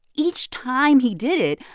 each time he did it,